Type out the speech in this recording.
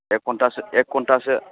एक घन्टासो एक घन्टासो